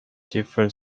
different